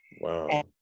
Wow